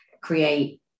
create